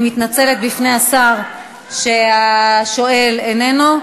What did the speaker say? אני מתנצלת בפני השר על כך שהשואל איננו.